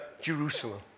Jerusalem